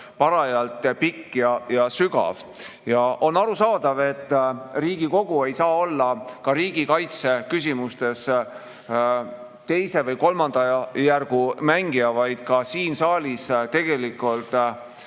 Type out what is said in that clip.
parajalt pikk ja sügav. Ja on arusaadav, et Riigikogu ei saa olla ka riigikaitseküsimustes teise või kolmanda järgu mängija, vaid ka siin saalis pannakse